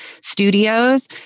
studios